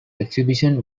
exhibition